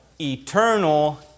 Eternal